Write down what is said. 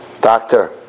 Doctor